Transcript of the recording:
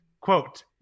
Quote